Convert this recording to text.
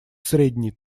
средней